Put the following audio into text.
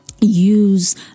use